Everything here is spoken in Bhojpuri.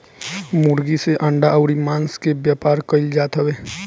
मुर्गी से अंडा अउरी मांस के व्यापार कईल जात हवे